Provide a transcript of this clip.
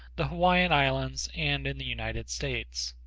the hawaiian islands and in the united states.